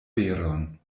veron